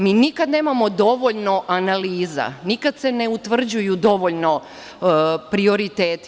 Mi nikad nemamo dovoljno analiza, nikada se ne utvrđuju dovoljno prioriteti.